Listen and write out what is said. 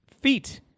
feet